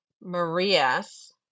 Maria's